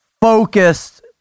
focused